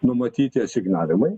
numatyti asignavimai